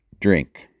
drink